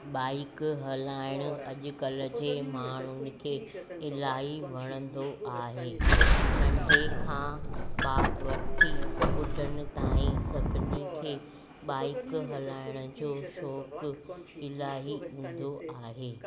bike हलाइनि अॼु कल्ह जे माण्हुनि खे इलाही वणंदो आहे नंढे खां ॿ वठी ॿुढनि ताईं सभिनी खे बाइक हलाइण जो शौक़ु इलाही हूंदो आहे